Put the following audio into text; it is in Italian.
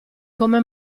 come